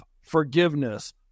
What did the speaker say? forgiveness